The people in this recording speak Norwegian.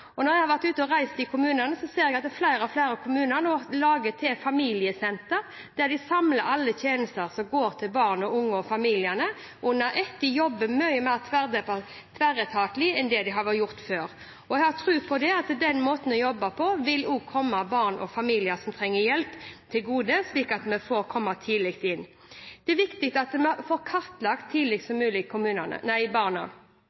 reist i kommunene, ser jeg at flere og flere kommuner nå lager familiesentre der de samler alle tjenester som går til barn, unge og familier under ett. De jobber mye mer tverretatlig enn de har gjort før. Jeg har tro på at den måten å jobbe på også vil komme barn og familier som trenger hjelp, til gode, slik at vi får komme tidlig inn. Det er viktig at vi får kartlagt barna og familiene så tidlig som